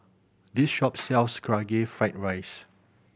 this shop sells Karaage Fried Rice